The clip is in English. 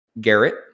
Garrett